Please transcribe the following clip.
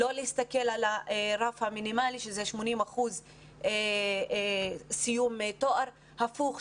לא להסתכל על הרף המינימלי שהוא 80 אחוזים סיום תואר אלא הפוך,